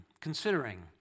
considering